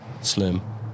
Slim